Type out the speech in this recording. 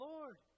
Lord